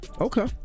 Okay